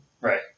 Right